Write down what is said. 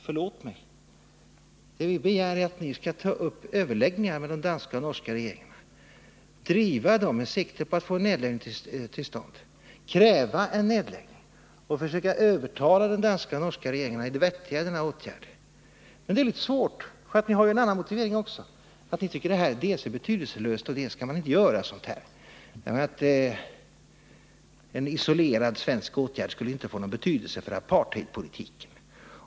Förlåt mig, men det vi begär är att ni skall ta upp överläggningar med den danska regeringen och den norska regeringen och driva de överläggningarna med sikte på att få en nedläggning till stånd samt försöka visa de andra regeringarna det vettiga i denna åtgärd. Men det är litet svårt, eftersom ni har en annan motivering också. Ni tycker dels att det här är betydelselöst, dels att man inte kan göra så här därför att en isolerad svensk åtgärd inte skulle få någon betydelse för apartheidpolitiken.